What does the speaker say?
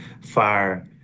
fire